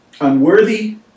unworthy